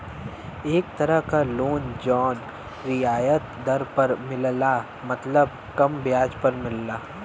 एक तरह क लोन जौन रियायत दर पर मिलला मतलब कम ब्याज पर मिलला